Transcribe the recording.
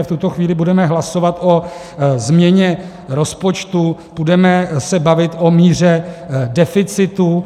V tuto chvíli budeme hlasovat o změně rozpočtu, budeme se bavit o míře deficitu.